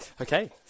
Okay